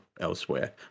elsewhere